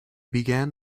began